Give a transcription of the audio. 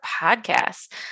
podcasts